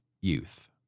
youth